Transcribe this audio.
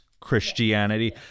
Christianity